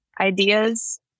ideas